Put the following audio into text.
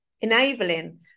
enabling